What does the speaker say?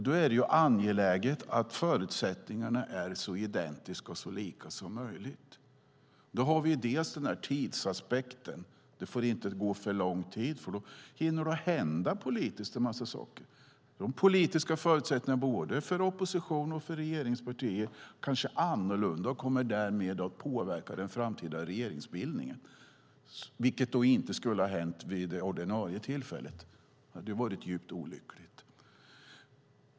Då är det angeläget att förutsättningarna är så lika som möjligt. Där har vi tidsaspekten. Det får inte gå för lång tid, för då hinner det hända en massa saker politiskt. De politiska förutsättningarna för både opposition och regeringspartier är kanske annorlunda och kommer därmed att påverka den framtida regeringsbildningen på ett sätt som inte skulle ha hänt vid det ordinarie tillfället. Det skulle vara djupt olyckligt.